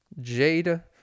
jada